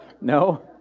No